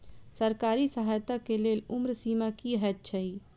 सरकारी सहायता केँ लेल उम्र सीमा की हएत छई?